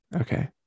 Okay